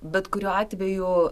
bet kuriuo atveju